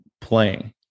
playing